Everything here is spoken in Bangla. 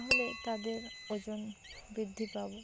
তাহলে তাদের ওজন বৃদ্ধি পাবে